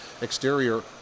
exterior